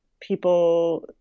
people